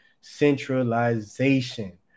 centralization